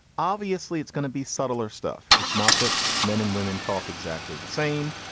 obviously, it's going to be subtler stuff. it's not that men and women talk exactly the same,